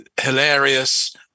hilarious